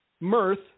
mirth